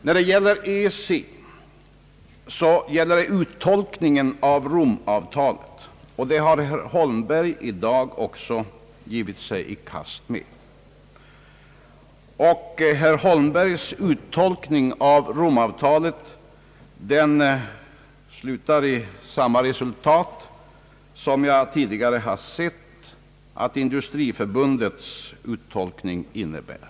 När det gäller EEC är det fråga om uttolkningen av Rom-avtalet, och det problemet har herr Holmberg i dag också givit sig i kast med. Herr Holmbergs uttolkning av Romavtalet slutar med samma resultat som jag tidigare sett att Industriförbundets uttolkning innebär.